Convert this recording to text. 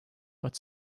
but